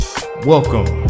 Welcome